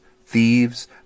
thieves